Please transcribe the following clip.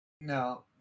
No